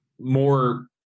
more